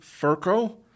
Furco